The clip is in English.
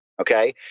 okay